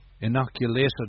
inoculated